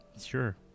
Sure